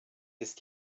ist